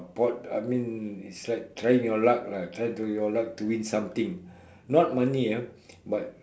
board I mean it's like trying your luck lah trying your luck to win something not money ah but